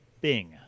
Bing